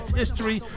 history